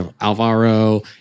Alvaro